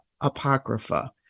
Apocrypha